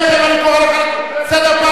אני קורא אותך לסדר פעם,